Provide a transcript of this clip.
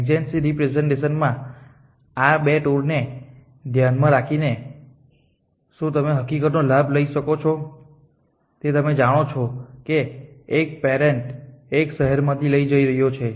adjacency રિપ્રેસેંટેશનમાં આ 2 tour ને ધ્યાનમાં રાખીને શું તમે એ હકીકતનો લાભ લઈ શકો છો કે તમે જાણો છો કે 1 પેરેન્ટ 1 આ શહેરમાંથી જઈ રહ્યો છે